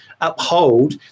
uphold